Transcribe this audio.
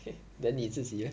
okay then 你自己 leh